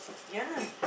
yeah lah